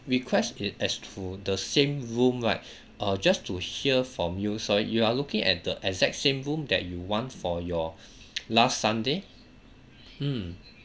request it as to the same room right uh just to hear from you sorry you are looking at the exact same room that you want for your last sunday mm